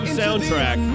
soundtrack